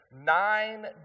nine